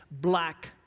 black